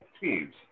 teams